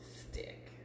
Stick